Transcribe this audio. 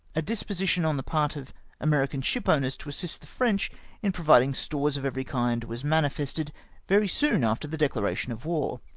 a disposition on the part of american shipowners to assist the french in providing stores of every kind was manifested very soon after the declara tion of war.